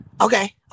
Okay